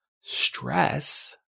stress